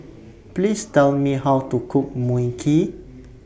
Please Tell Me How to Cook Mui Kee